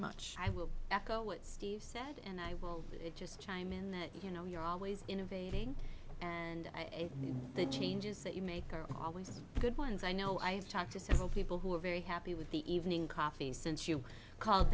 much i will echo what steve said and i will just chime in that you know you're always innovating and the changes that you make are always good ones i know i've talked to several people who are very happy with the evening coffee since you called